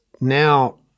now